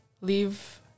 leave